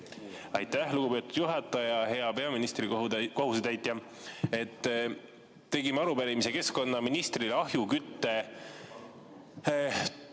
Aitäh, lugupeetud juhataja! Hea peaministri kohusetäitja! Tegime arupärimise keskkonnaministrile ahjuküttest